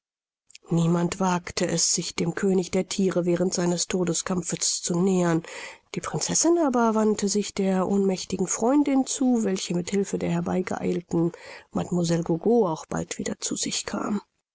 niemand wagte es sich dem könig der thiere während seines todeskampfes zu nähern die prinzessin aber wandte sich der ohnmächtigen freundin zu welche mit hilfe der herbeigeeilten mlle gogo auch bald wieder zu sich kam